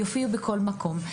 יופיעו בכל מקום.